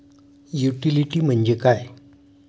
Utility म्हणजे काय?